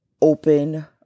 open